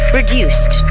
reduced